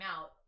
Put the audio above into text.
out